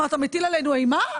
מה, אתה מטיל עלינו אימה?